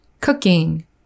Cooking